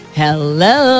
hello